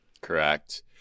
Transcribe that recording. Correct